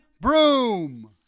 Broom